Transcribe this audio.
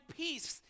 peace